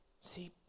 See